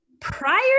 prior